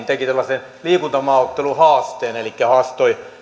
teki tällaisen liikuntamaaotteluhaasteen elikkä haastoi